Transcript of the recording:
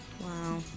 Wow